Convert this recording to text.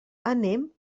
anem